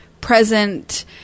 present